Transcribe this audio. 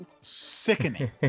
sickening